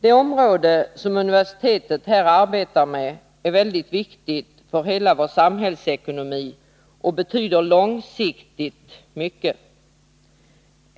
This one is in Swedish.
Det område som universitetet arbetar med är mycket viktigt för hela vår samhällsekonomi och betyder långsiktigt mycket.